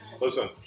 Listen